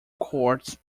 courts